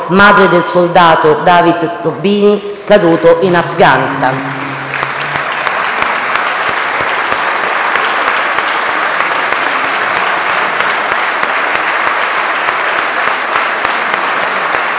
madre del soldato David Tobini, caduto in Afghanistan.